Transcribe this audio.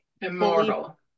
immortal